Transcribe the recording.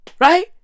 Right